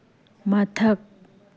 ꯃꯊꯛ